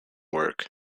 work